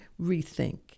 rethink